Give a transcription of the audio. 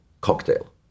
cocktail